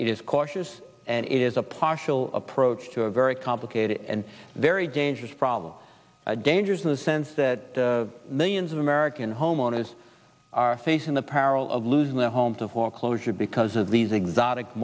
it is cautious and it is a partial approach to a very complicated and very dangerous problem dangerous in the sense that millions of american homeowners are facing the peril of losing their home to foreclosure because of these exotic